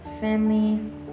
family